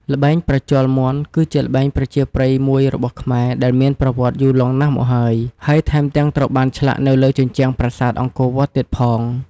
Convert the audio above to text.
ល្បែងប្រជល់មាន់ គឺជាល្បែងប្រជាប្រិយមួយរបស់ខ្មែរ ដែលមានប្រវត្តិយូរលង់ណាស់មកហើយ ហើយថែមទាំងត្រូវបានឆ្លាក់នៅលើជញ្ជាំងប្រាសាទអង្គរវត្តទៀតផង ។